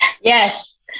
Yes